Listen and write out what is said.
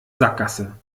sackgasse